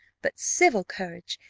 but civil courage,